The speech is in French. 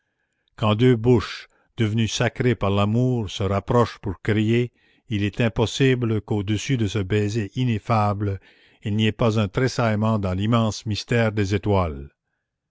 quand deux bouches devenues sacrées par l'amour se rapprochent pour créer il est impossible qu'au-dessus de ce baiser ineffable il n'y ait pas un tressaillement dans l'immense mystère des étoiles